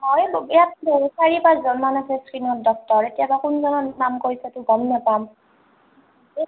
হয় ইয়াত চাৰি পাঁচজনমান আছে স্কীণৰ ডক্টৰ এতিয়াবা কোনজনৰ নাম কৈছেটো গম নাপাম